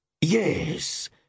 yes